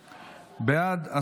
בעד,